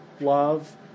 love